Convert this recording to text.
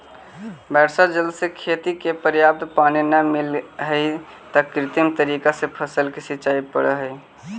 वर्षा जल से खेत के पर्याप्त पानी न मिलऽ हइ, त कृत्रिम तरीका से फसल के सींचे पड़ऽ हइ